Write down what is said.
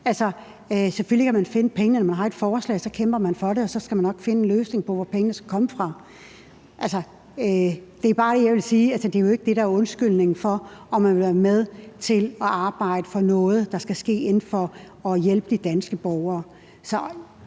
Selvfølgelig kan man finde pengene. Når man har et forslag, kæmper man for det, og så skal man nok finde en løsning på, hvor pengene skal komme fra. Det, jeg vil sige, er bare, at det jo ikke er det, der kan være undskyldningen for, om man vil være med til at arbejde for noget, der skal hjælpe de danske borgere.